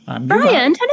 Brian